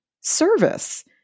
service